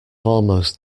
almost